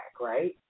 right